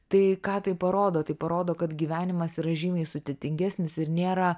tai ką tai parodo tai parodo kad gyvenimas yra žymiai sudėtingesnis ir nėra